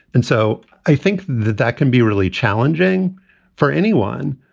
and so i think that that can be really challenging for anyone.